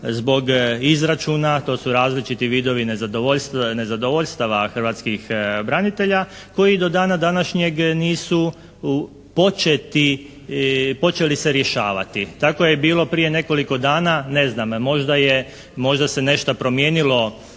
zbog izračuna. To su različiti vidovi nezadovoljstva hrvatskih branitelja koji do dana današnjeg nisu počeli se rješavati. Tako je bilo prije nekoliko dana. Ne znam, možda se nešto promijenilo